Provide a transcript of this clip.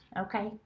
Okay